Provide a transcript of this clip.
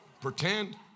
Pretend